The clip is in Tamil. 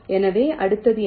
எனவே அடுத்து என்ன